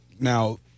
Now